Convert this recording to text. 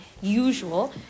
usual